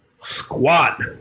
squat